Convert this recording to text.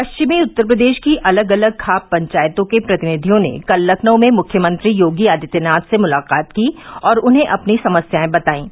पश्चिमी उत्तर प्रदेश की अलग अलग खाप पंचायतों के प्रतिनिधियों ने कल लखनऊ में मुख्यमंत्री योगी आदित्यनाथ से मुलाकात की और उन्हें अपनी समस्याए बतायीं